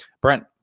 Brent